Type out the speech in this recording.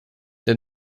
the